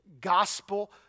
gospel